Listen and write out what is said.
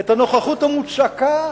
את הנוכחות המוצקה